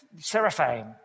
Seraphim